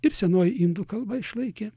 ir senoji indų kalba išlaikė